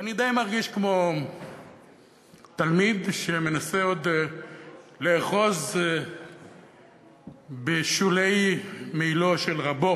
ואני די מרגיש כמו תלמיד שמנסה עוד לאחוז בשולי מעילו של רבו